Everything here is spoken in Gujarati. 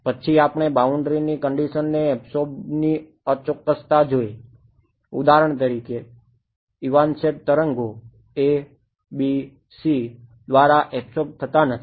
પછી આપણે બાઉન્ડ્રીની કંડીશનને અબ્સોર્બની અચોક્કસતા જોઈ ઉદાહરણ તરીકે ઇવાન્સેંટ તરંગો ABC દ્વારા અબ્સોર્બ થતા નથી